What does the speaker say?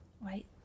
right